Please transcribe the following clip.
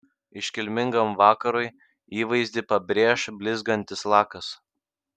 iškilmingam vakarui įvaizdį pabrėš blizgantis lakas